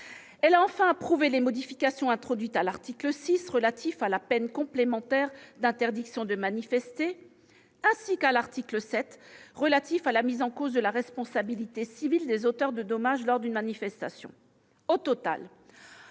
elle a approuvé les modifications introduites à l'article 6, relatif à la peine complémentaire d'interdiction de manifester, ainsi qu'à l'article 7, relatif à la mise en cause de la responsabilité civile des auteurs de dommages lors d'une manifestation. Au total,